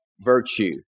virtue